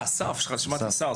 שמעתי: שר.